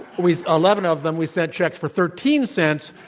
we ah eleven of them, we sent checks for thirteen cents.